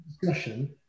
discussion